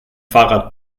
fahrrad